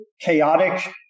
chaotic